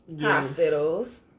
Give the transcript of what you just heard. hospitals